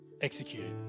executed